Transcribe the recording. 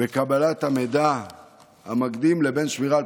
בקבלת המידע המקדים לבין שמירה על